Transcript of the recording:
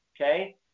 Okay